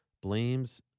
blames